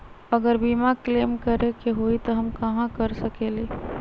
अगर बीमा क्लेम करे के होई त हम कहा कर सकेली?